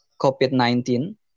COVID-19